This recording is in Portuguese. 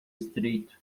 estreito